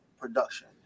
production